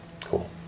Cool